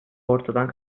ortadan